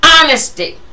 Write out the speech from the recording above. honesty